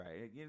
right